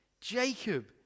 Jacob